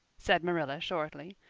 said marilla shortly.